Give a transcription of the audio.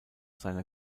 seiner